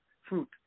fruit